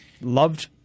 loved